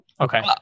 Okay